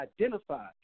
identified